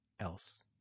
else